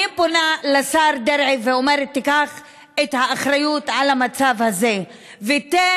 אני פונה לשר דרעי ואומרת: תיקח את האחריות על המצב הזה ותן